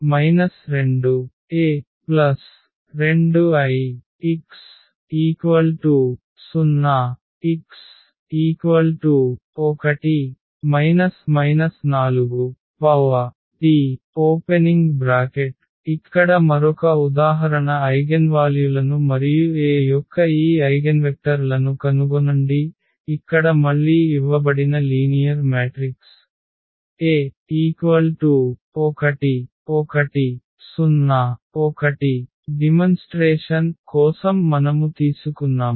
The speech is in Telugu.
2 2A2Ix0 x1 4T ఇక్కడ మరొక ఉదాహరణ ఐగెన్వాల్యులను మరియు A యొక్క ఈ ఐగెన్వెక్టర్ లను కనుగొనండి ఇక్కడ మళ్ళీ ఇవ్వబడిన లీనియర్ మ్యాట్రిక్స్ A 1 1 0 1 ప్రదర్శన కోసం మనము తీసుకున్నాము